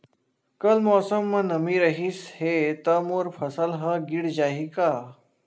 कल मौसम म नमी रहिस हे त मोर फसल ह गिर जाही का?